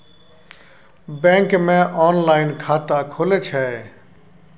Bank मे online खाता खुले छै?